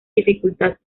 dificultad